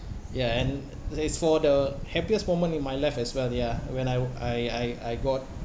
ya and it's for the happiest moment in my life as well ya when I I I I got